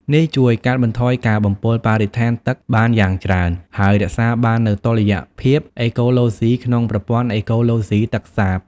នេះជួយកាត់បន្ថយការបំពុលបរិស្ថានទឹកបានយ៉ាងច្រើន ហើយរក្សាបាននូវតុល្យភាពអេកូឡូស៊ីក្នុងប្រព័ន្ធអេកូឡូស៊ីទឹកសាប។